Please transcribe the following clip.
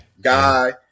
guy